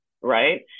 Right